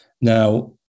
Now